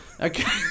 Okay